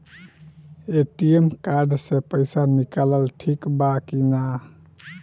ATM card से पईसा निकालल ठीक बा की ना?